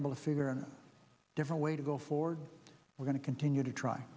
able to figure out a different way to go forward we're going to continue to try